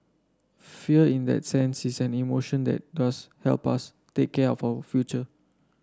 fear in that sense is an emotion that does help us take care of our future